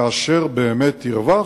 כאשר באמת ירווח,